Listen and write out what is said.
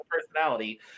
personality